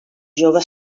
jove